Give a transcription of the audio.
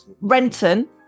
Renton